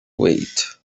wait